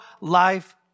life